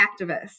activists